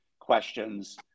questions